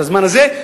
את הזמן הזה,